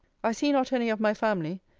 i see not any of my family,